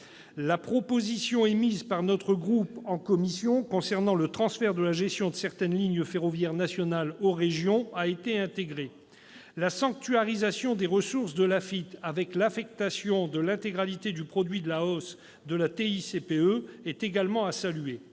La proposition émise par notre groupe en commission concernant le transfert de la gestion de certaines lignes ferroviaires nationales aux régions a également été intégrée au texte. La sanctuarisation des ressources de l'Afitf avec l'affectation de l'intégralité du produit de la hausse de la TICPE est aussi à saluer.